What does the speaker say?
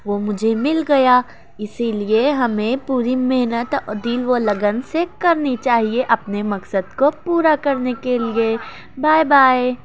وہ مجھے مل گیا اسی لیے ہمیں پوری محنت دل و لگن سے کرنی چاہیے اپنے مقصد کو پورا کرنے کے لیے بائے بائے